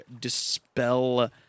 dispel